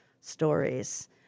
stories